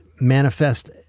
manifest